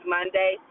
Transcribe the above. Monday